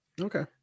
Okay